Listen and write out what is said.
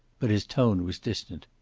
but his tone was distant.